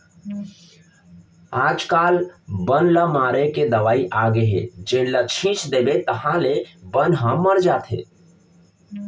आजकाल बन ल मारे के दवई आगे हे जेन ल छिंच देबे ताहाँले बन ह मर जाथे